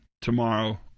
tomorrow